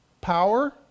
power